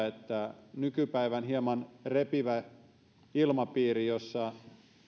että nykypäivän hieman repivä ilmapiiri jossa